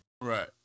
Right